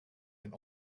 and